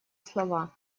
слова